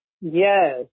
Yes